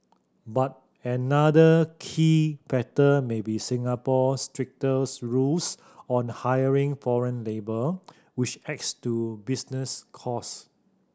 but another key factor may be Singapore's stricter's rules on hiring foreign labour which adds to business costs